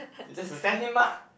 you just accept him lah